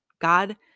God